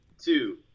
two